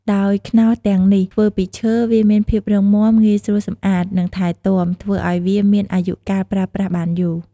ដោយខ្នោសទាំងនេះធ្វើពីឈើ វាមានភាពរឹងមាំ ងាយស្រួលសម្អាត និងថែទាំ ធ្វើឲ្យវាមានអាយុកាលប្រើប្រាស់បានយូរ។